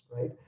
right